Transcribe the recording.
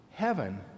heaven